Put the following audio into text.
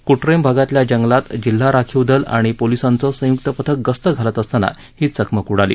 कुट्टेम भागातल्या जंगलात जिल्हा राखीव दल आणि पोलिसांचं संयुक्त पथक गस्त घालत असताना ही चकमक उडाली